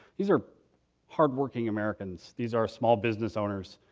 these are hardworking americans. these are small business owners.